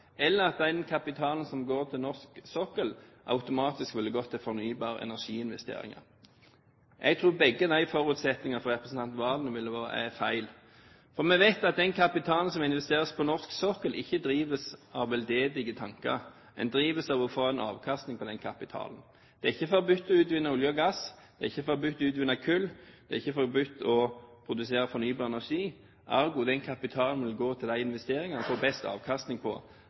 eller at den kapitalen som går til norsk sokkel, da automatisk ville gått til investeringer i fornybar energi. Jeg tror begge disse forutsetningene ville være feil for representanten Serigstad Valen. For vi vet at den kapitalen som investeres på norsk sokkel, ikke drives av veldedige tanker, men den drives av å få en avkastning på den kapitalen. Det er ikke forbudt å utvinne olje og gass, det er ikke forbudt å utvinne kull, det er ikke forbudt å produsere fornybar energi – ergo vil den kapitalen gå til den investeringen som det er best avkastning på,